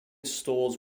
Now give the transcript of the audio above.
stores